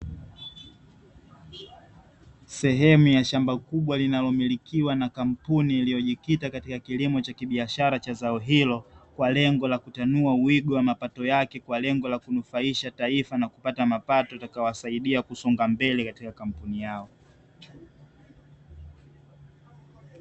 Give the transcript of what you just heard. Sehemu ya shamba kubwa linalo milikiwa na kampuni iliyo jikita katika kilimo cha kibiashara cha zao hilo, kwa lengo la kutanua wigo wa mapato yake. Kwa lengo la kunufaisha taifa na kuapata mapato yatakayo wasaidia kusonga mbele katika kampuni lao.